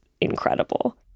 incredible